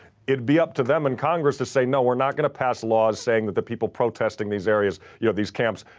it'd be up to them and congress to say, no, we're not going to pass laws saying that the people protesting these areas, you know, these camps,